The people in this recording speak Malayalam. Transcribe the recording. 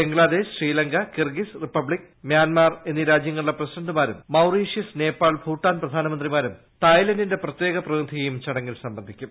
Bangladesh Sri Lanka Kyrgyz Republic Myanmar എന്നീ രാജ്യങ്ങളുടെ പ്രസിഡന്റുമാരും മൌറീഷ്യസ് നേപ്പാൾ ഭൂട്ടാൻ പ്രധാനമന്ത്രിമാരും തായ്ലന്റിന്റെ പ്രത്യേക പ്രതിനിധിയും ചടങ്ങിൽ സംബന്ധിക്കും